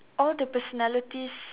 all the personalities